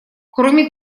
кроме